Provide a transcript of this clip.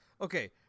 Okay